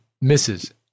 misses